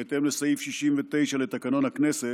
בהתאם לסעיף 69 לתקנון הכנסת,